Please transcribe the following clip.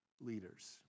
leaders